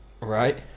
Right